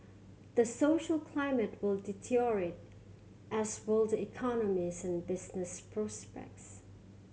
the social climate will deteriorate as will the economies and business prospects